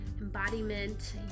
embodiment